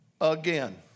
again